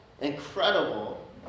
incredible